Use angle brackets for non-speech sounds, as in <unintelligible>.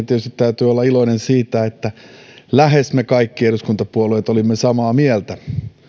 <unintelligible> tietysti täytyy olla iloinen siitä että lähes me kaikki eduskuntapuolueet olimme samaa mieltä